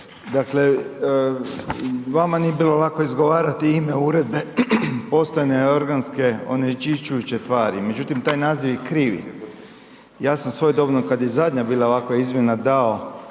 dakle vama nije bilo lako izgovarati ime uredbe postojane organske onečišćujuće tvari, međutim taj naziv je krivi. Ja sam svojedobno kad je zadnja bila ovakva izmjena dao